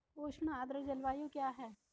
उष्ण आर्द्र जलवायु क्या है?